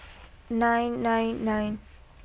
nine nine nine